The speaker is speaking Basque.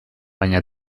baina